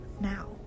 now